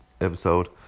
episode